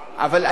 אבל היום,